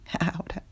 out